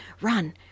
Run